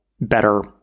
better